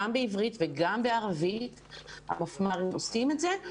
גם בעברית וגם בערבית המפמ"רים עושים את זה.